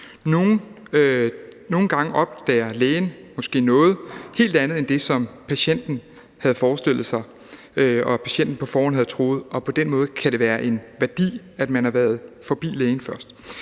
Nogle gange opdager lægen måske noget helt andet end det, som patienten havde forestillet sig og på forhånd havde troet. På den måde kan det være en værdi, at man har været forbi lægen først.